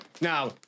Now